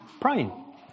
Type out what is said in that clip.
praying